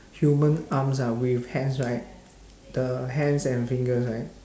human arms ah with hands right the hands and fingers right